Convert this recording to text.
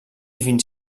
fins